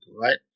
right